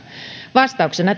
vastauksena